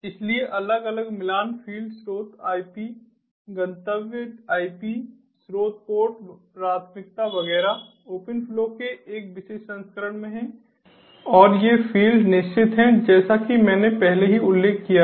इसलिए अलग अलग मिलान फ़ील्ड स्रोत IP गंतव्य IP स्रोत पोर्ट प्राथमिकता वगैरह OPEN FLOW के एक विशेष संस्करण में हैं और ये फ़ील्ड्स निश्चित हैं जैसा कि मैंने पहले ही उल्लेख किया है